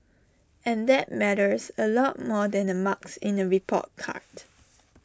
and that matters A lot more than marks in A report card